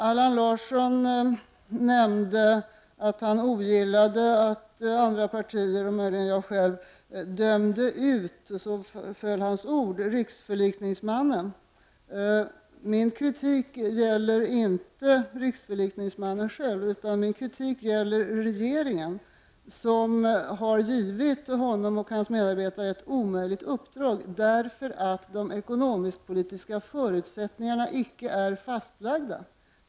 Allan Larsson nämnde att han ogillade att andra partier och möjligen jag själv dömde ut — så föll hans ord — riksförlikningsmannen. Min kritik gäller inte riksförlikningsmannen själv utan regeringen, som har givit honom och hans medarbetare ett omöjligt uppdrag, eftersom de ekonomisk-politiska förutsättningarna icke är fastlagda.